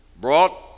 brought